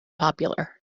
popular